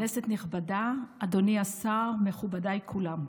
כנסת נכבדה, אדוני השר, מכובדיי כולם,